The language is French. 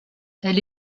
elle